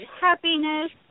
happiness